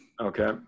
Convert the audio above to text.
Okay